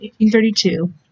1832